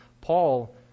Paul